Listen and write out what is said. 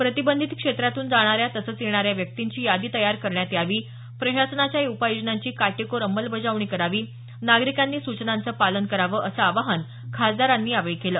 प्रतिबंधित क्षेत्रातून जाणाऱ्या तसंच येणाऱ्या व्यक्तींची यादी तयार करण्यात यावी प्रशासनाच्या उपाययोजनांची काटेकोर अंमलबजावणी करावी नागरिकांनी सूचनांचे पालन करावं असं आवाहन खासदारांनी केलं